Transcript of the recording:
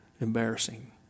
embarrassing